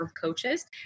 coaches